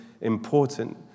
important